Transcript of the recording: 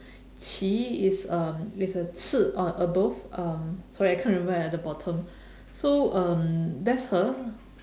柒 is um is a 次 on above um sorry I can't remember at the bottom so um that's her